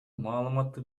маалыматты